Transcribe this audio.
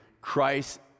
Christ